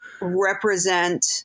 represent